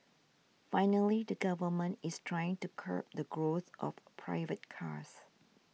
finally the government is trying to curb the growth of private cars